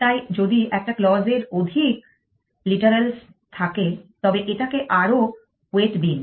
তাই যদি একটা ক্লজ এর অধিক লিটারালস থাকে তবে এটাকে আরও ওয়েট দিন